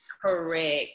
correct